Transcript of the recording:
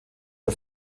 der